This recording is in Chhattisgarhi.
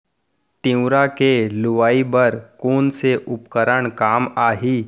तिंवरा के लुआई बर कोन से उपकरण काम आही?